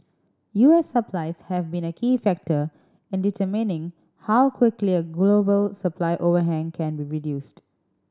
U S supplies have been a key factor in determining how quickly a global supply overhang can be reduced